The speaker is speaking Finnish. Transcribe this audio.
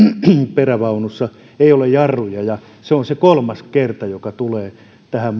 perävaunussa ei ole jarruja ja se on se kolmas kerta joka tulee tähän